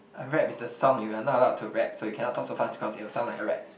I rap with the sound if you're not allowed to rap so you cannot talk so fast because it will sound like a rap